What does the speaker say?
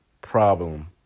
problem